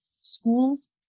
schools